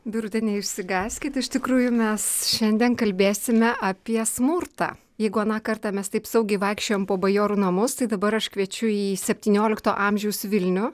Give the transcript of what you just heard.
birute neišsigąskit iš tikrųjų mes šiandien kalbėsime apie smurtą jeigu aną kartą mes taip saugiai vaikščiojom po bajorų namus tai dabar aš kviečiu į septyniolikto amžiaus vilnių